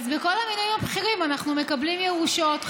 בכל המינויים הבכירים אנחנו מקבלים ירושות,